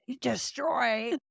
destroy